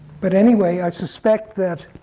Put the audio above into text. but anyway, i suspect that,